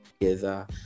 together